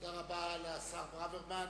תודה רבה לשר ברוורמן.